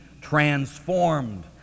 transformed